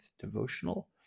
devotional